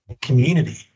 community